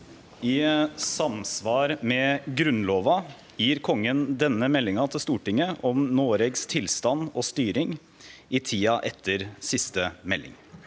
I samsvar med Grunnlova gir Kongen denne meldinga til Stortinget om Noregs tilstand og styring i tida etter siste melding.